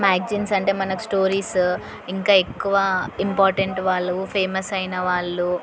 magazines అంటే మనకు stories ఇంకా ఎక్కువ ఇంపార్టెంట్ వాళ్ళు ఫేమస్ అయినవాళ్ళు